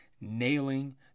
nailing